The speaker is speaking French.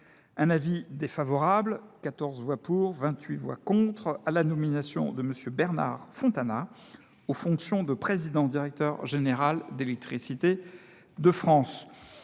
Un avis défavorable, 14 voix pour, 28 voix contre, à la nomination de M. Bernard Fontana, aux fonctions de président directeur général d'Electricité de France.